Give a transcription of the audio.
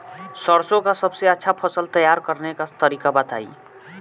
सरसों का सबसे अच्छा फसल तैयार करने का तरीका बताई